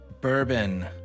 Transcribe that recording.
bourbon